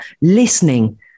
listening